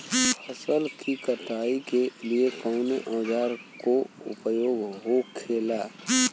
फसल की कटाई के लिए कवने औजार को उपयोग हो खेला?